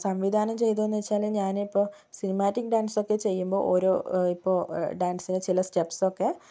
സംവിധാനം ചെയ്തോന്ന് ചോദിച്ചാല് ഞാനിപ്പം സിനിമാറ്റിക് ഡാൻസൊക്കെ ചെയ്യുമ്പോൾ ഓരോ ഇപ്പോൾ ഡാൻസിലെ ചില സ്റ്റെപ്സൊക്കെ